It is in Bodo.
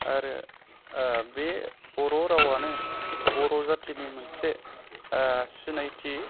आरो बे बर' रावानो बर' जाथिनि मोनसे सिनायथि